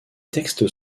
textes